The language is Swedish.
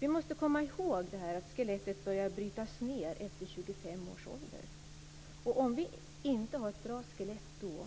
Vi måste komma ihåg att skelettet börjar att brytas ned efter 25 års ålder, och om vi inte har ett bra skelett då